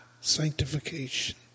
sanctification